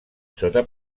sota